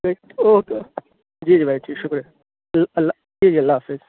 okay جی جی بھائی ٹھیک شُکریہ اللہ جی جی اللہ حافظ